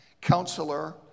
Counselor